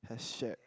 had shared